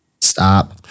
stop